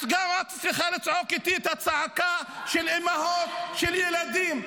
גם את צריכה לצעוק איתי את הצעקה של האימהות של הילדים.